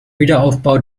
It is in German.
wiederaufbau